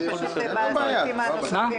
זה פשוט בסעיפים הנוספים.